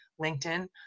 LinkedIn